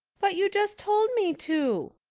but you just told me to,